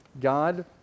God